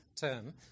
term